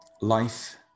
life